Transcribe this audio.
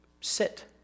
sit